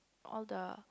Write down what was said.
all the